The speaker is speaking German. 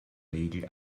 regel